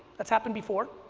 that's happened before.